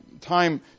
time